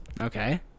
Okay